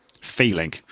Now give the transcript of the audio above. feeling